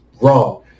wrong